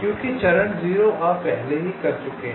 क्योंकि चरण 0 आप पहले ही कर चुके हैं